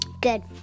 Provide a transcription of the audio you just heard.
Good